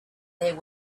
there